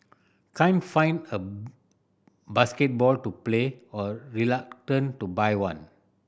can't find a basketball to play or reluctant to buy one